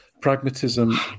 pragmatism